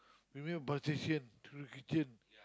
you make a partition to the kitchen